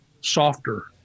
softer